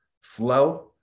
flow